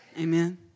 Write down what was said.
Amen